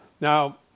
Now